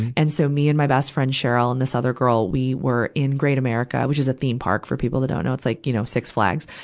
and so, me and my best friend, cheryl, and this other girl, we were in great america, which is theme park for people that don't know. it's like, you know, six flags.